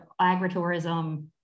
agritourism